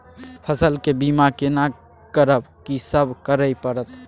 फसल के बीमा केना करब, की सब करय परत?